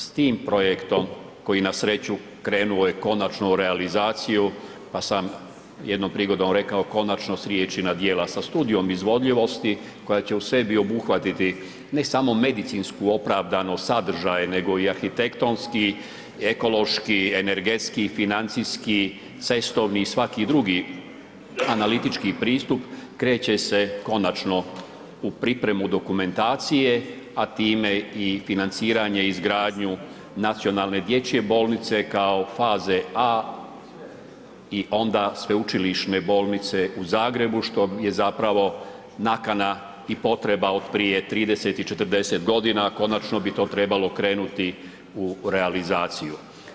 S tim projektom koji na sreću, krenuo je konačno u realizaciju, pa sam jednom prigodom rekao, konačno s riječi na djela, sa studijom izvodljivosti, koja će u sebi obuhvatiti, ne samo medicinsko opravdani sadržaj, nego i arhitektonski, ekološki, energetski i financijski, cestovni i svaki drugi analitički pristup, kreće se konačno u pripremu dokumentacije, a time i financiranje, izgradnju nacionalne dječje bolnice, kao faze A i onda sveučilišne bolnice u Zagrebu, što je zapravo nakana i potreba od prije 30 i 40 godina, konačno bi to trebalo krenuti u realizaciju.